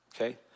okay